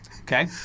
Okay